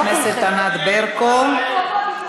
לא כולכם.